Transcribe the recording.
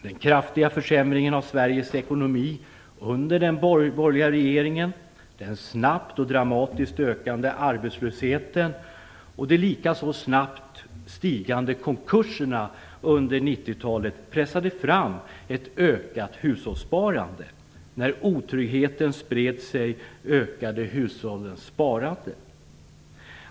Den kraftiga försämringen av Sveriges ekonomi under den borgerliga regeringen, den snabbt och dramatiskt ökande arbetslösheten och det likaså snabbt stigande antalet konkurser under 1990-talet pressade fram ett ökat hushållssparande. När otryggheten spred sig ökade hushållssparandet.